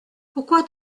pourquoi